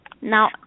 Now